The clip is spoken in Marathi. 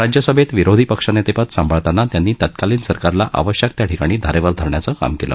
राज्यसभप्रा विरोधी पक्षनप्रप्रद सांभाळताना त्यांनी तत्कालीन सरकारला आवश्यक त्या ठिकाणी धारखर धरण्याचं काम कालं